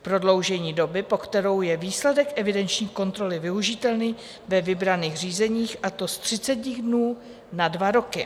prodloužení doby, po kterou je výsledek evidenční kontroly využitelný ve vybraných řízeních, a to z 30 dnů na dva roky;